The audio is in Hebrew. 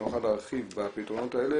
שנוכל להרחיב בפתרונות האלה.